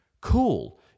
Cool